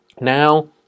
Now